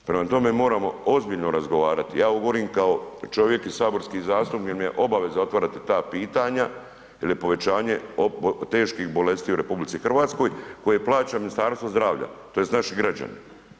Prema tome, moramo ozbiljno razgovarati, ja ovo govorim kao čovjek i saborski zastupnik jer mi je obaveza otvarati ta pitanja jer je povećanje teških bolesti u RH koje plaća Ministarstvo zdravlja, tj. naši građani.